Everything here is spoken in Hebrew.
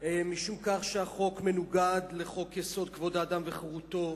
משום שהחוק מנוגד לחוק-יסוד: כבוד האדם וחירותו,